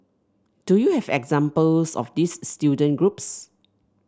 do you have examples of these student groups